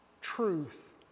truth